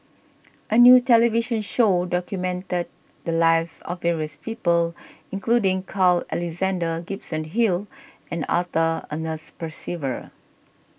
a new television show documented the lives of various people including Carl Alexander Gibson Hill and Arthur Ernest Percival